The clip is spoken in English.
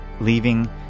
leaving